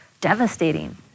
devastating